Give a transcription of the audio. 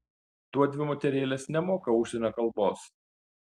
tuodvi moterėlės nemoka užsienio kalbos